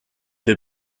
wir